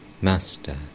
Master